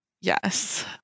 Yes